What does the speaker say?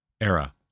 era